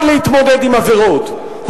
המנגנון הזה לא נועד להתמודד עם עבירות.